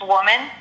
Woman